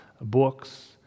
books